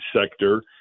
sector